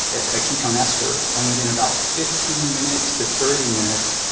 a ketone ester, and within about fifteen minutes to thirty minutes,